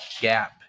gap